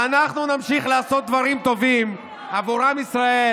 ואנחנו נמשיך לעשות דברים טובים עבור עם ישראל,